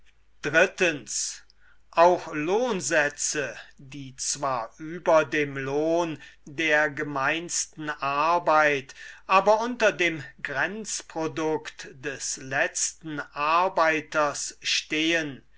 auch lohnsätze die zwar über dem lohn der gemeinstem arbeit aber unter dem grenzprodukt des letzten arbeiters stehen